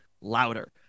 louder